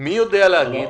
מי יודע להגיד?